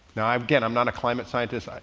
now again, i'm not a climate scientist.